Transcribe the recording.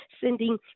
sending